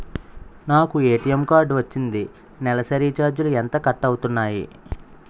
నాకు ATM card వచ్చింది నెలసరి ఛార్జీలు ఎంత కట్ అవ్తున్నాయి?